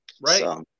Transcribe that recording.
right